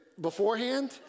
beforehand